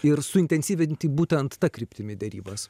ir suintensyvinti būtent ta kryptimi derybas